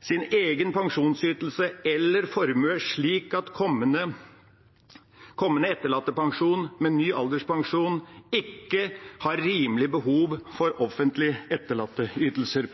sin egen pensjonsytelse eller formue, slik at kommende etterlattepensjonister med ny alderspensjon ikke har rimelig behov for offentlige etterlatteytelser.